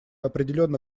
определенно